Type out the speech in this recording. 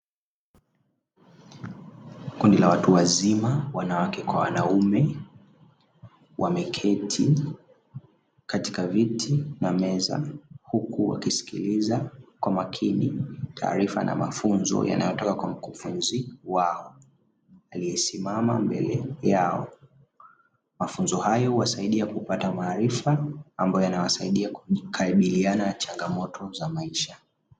Kundi la watu wazima wanawake kwa wanaume wameketi katika viti na meza huku wakisikiliza kwa makini taarifa na mafunzo yanayotoka kwa mkufunzi wao aliyesimama mbele yao. Mafunzo hayo huwasaidia kupata maarifa ambayo yanawasaidia kukabiliana na changamoto za maisha.